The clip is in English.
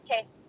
Okay